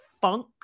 funk